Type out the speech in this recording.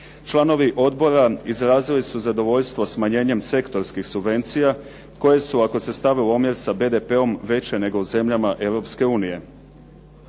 Članovi odbora izrazili su zadovoljstvo smanjenjem sektorskih subvencija koje su, ako se stave u omjer sa BDP-om, veće nego u zemljama